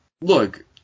look